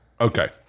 Okay